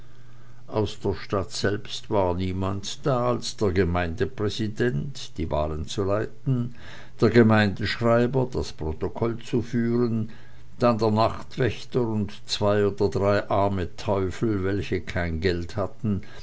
aus der stadt selbst war niemand da als der gemeindepräsident die wahlen zu leiten der gemeindeschreiber das protokoll zu führen dann der nachtwächter und zwei oder drei arme teufel welche kein geld hatten